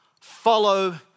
follow